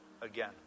again